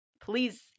please